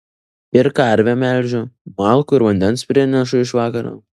ir karvę melžiu malkų ir vandens prinešu iš vakaro